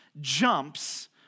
jumps